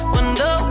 Wonder